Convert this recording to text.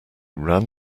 ran